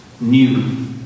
New